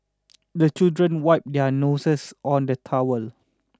the children wipe their noses on the towel